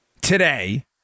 today